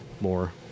more